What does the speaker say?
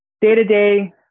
Day-to-day